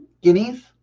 guineas